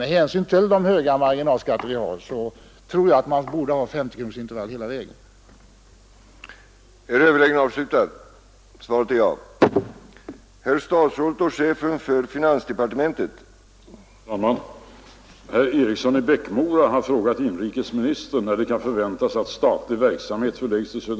Med hänsyn till de höga marginalskatter vi har tror jag att man genomgående borde ha S0-kronorsintervaller för att reducera antalet dylika konsekvenser av en löneförhöjning.